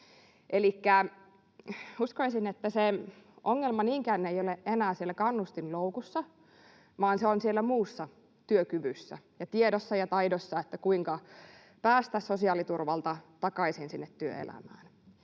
uskoisin, että se ongelma niinkään ei ole enää siellä kannustinloukussa vaan muussa työkyvyssä ja tiedossa ja taidossa, kuinka päästä sosiaaliturvasta takaisin työelämään.